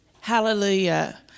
Hallelujah